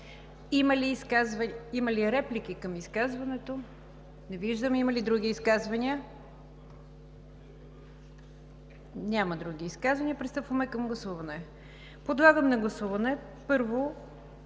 Има ли реплики към изказването? Не виждам. Има ли други изказвания? Няма. Пристъпваме към гласуване. Подлагам на гласуване, първо,